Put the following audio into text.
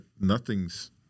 nothing's